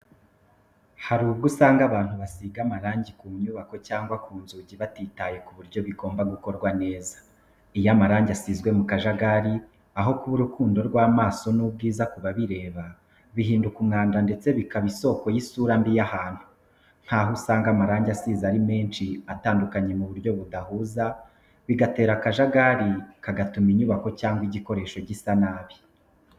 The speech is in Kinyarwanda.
Hari ubwo usanga abantu basiga amarangi ku nyubako cyangwa ku nzugi batitaye ku buryo bigomba gukorwa neza. Iyo amarangi asizwe mu kajagari, aho kuba urukundo rw’amaso n’ubwiza kubabireba, bihinduka umwanda ndetse bikaba isoko y’isura mbi y’ahantu. Nk’aho usanga amarangi asize ari menshi atandukanye mu buryo budahuza, bigatera akajagari kagatuma inyubako cyangwa igikoresho gisa nabi.